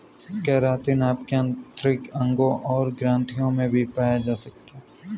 keratin आपके आंतरिक अंगों और ग्रंथियों में भी पाया जा सकता है